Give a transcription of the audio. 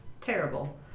Terrible